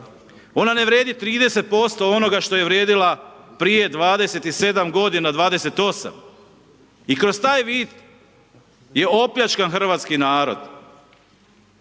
Ona ne vrijedi 30% onoga što je vrijedila prije 27 godina, 28. I kroz taj vid je opljačkan hrvatski narod.